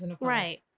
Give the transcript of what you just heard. right